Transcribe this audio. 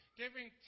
giving